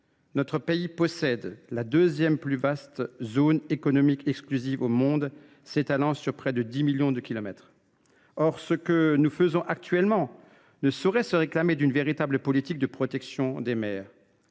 Notre pays possède la deuxième plus vaste zone économique exclusive au monde, s’étalant sur plus de 10 millions de kilomètres carrés. Or ce que nous faisons actuellement ne saurait se réclamer d’une véritable politique de protection des mers.